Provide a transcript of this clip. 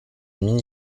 mini